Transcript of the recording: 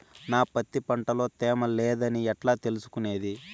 నా పత్తి పంట లో తేమ లేదని ఎట్లా తెలుసుకునేది?